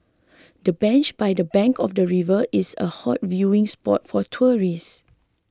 the bench by the bank of the river is a hot viewing spot for tourists